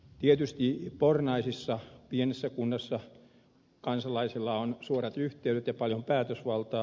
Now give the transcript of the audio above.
tietysti pornaisissa pienessä kunnassa kansalaisella on suorat yhteydet ja paljon päätösvaltaa